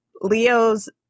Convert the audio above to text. leos